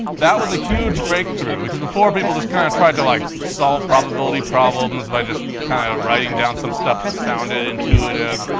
that was a huge breakthrough, because before, people just kind of tried to like solve probability problems by just kind of writing down some stuff that sounded intuitive,